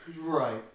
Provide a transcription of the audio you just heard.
Right